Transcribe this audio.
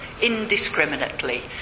indiscriminately